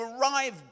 arrive